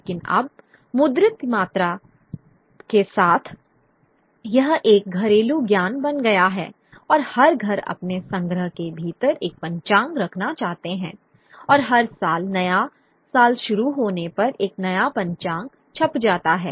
लेकिन अब मुद्रित मात्रा के साथ यह एक घरेलू ज्ञान बन गया है और हर घर अपने संग्रह के भीतर एक पंचांग रखना चाहते हैं और हर साल नया साल शुरू होने पर एक नया पंचांग छप जाता है